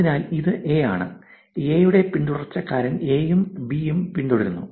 അതിനാൽ ഇത് A ആണ് A യുടെ പിന്തുടർച്ചക്കാരൻ A യും B യും പിന്തുടരുന്നു